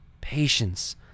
patience